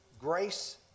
Grace